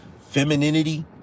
femininity